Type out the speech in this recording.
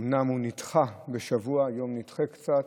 אומנם הוא נדחה בשבוע, היום נדחה קצת,